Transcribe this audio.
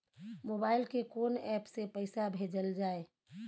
Mobile के कोन app से पैसा भेजल जाए?